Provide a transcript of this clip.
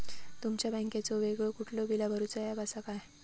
तुमच्या बँकेचो वेगळो कुठलो बिला भरूचो ऍप असा काय?